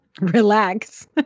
Relax